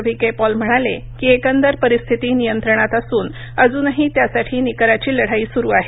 V K Paul म्हणाले की एकंदर परिस्थिती नियंत्रणात असून अजूनही त्यासाठी निकराची लढाई सुरु आहे